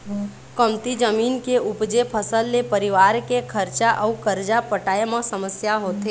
कमती जमीन के उपजे फसल ले परिवार के खरचा अउ करजा पटाए म समस्या होथे